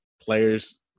players